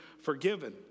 forgiven